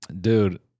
Dude